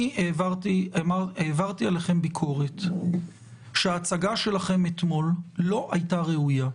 אני העברתי עליכם ביקורת שההצגה שלכם אתמול לא הייתה ראויה,